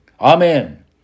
Amen